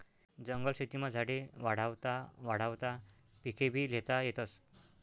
जंगल शेतीमा झाडे वाढावता वाढावता पिकेभी ल्हेता येतस